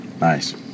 nice